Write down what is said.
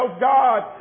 God